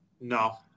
no